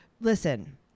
listen